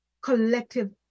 collective